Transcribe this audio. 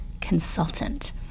consultant